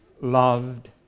loved